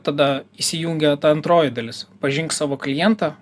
tada įsijungia ta antroji dalis pažink savo klientą